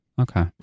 Okay